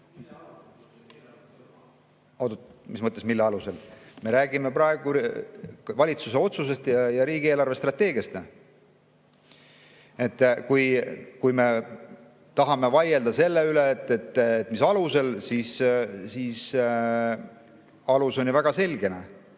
Mis mõttes mille alusel? Me räägime praegu valitsuse otsusest ja riigi eelarvestrateegiast. Kui me tahame vaielda selle üle, mis alusel, siis alus on ju väga selge.